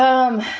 um,